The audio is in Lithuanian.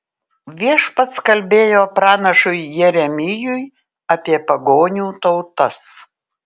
viešpats kalbėjo pranašui jeremijui apie pagonių tautas